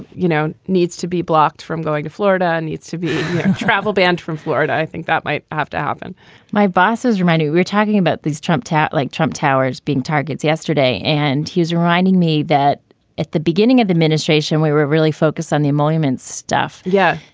you know, needs to be blocked from going to florida, and needs to be travel banned from florida. i think that might have to happen my bosses remind you, we're talking about these trump tat like trump towers being targets yesterday. and he's brining me that at the beginning of the ministration where we're really focused on the emoluments stuff. yeah.